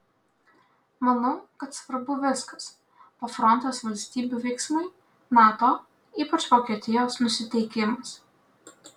manau kad svarbu viskas pafrontės valstybių veiksmai nato ypač vokietijos nusiteikimas